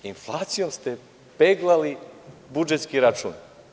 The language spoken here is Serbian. Inflacijom ste peglali budžetski račun.